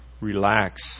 relax